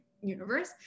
universe